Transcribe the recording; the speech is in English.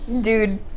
Dude